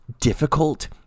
difficult